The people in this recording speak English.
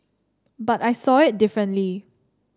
but I saw it differently